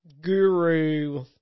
guru